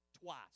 twice